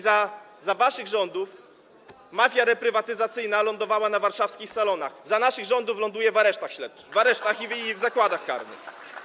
Za waszych rządów mafia reprywatyzacyjna lądowała na warszawskich salonach, za naszych rządów ląduje w aresztach śledczych i zakładach karnych.